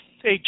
hey